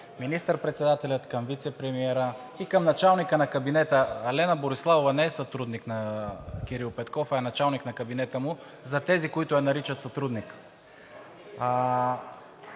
министър председателя, към вицепремиера и към началника на кабинета. Лена Бориславова не е сътрудник на Кирил Петков, а е началник на кабинета му, за тези, които я наричат сътрудник.